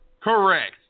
Correct